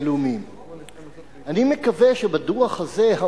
מדינת ישראל עומדת בפני פרסום דוח ועדת-פלמר,